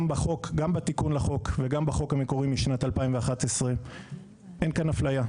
גם בתיקון לחוק וגם בחוק המקורי משנת 2011 אין כאן הפליה,